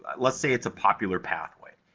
ah let's say it's a popular pathway,